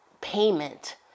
payment